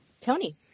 Tony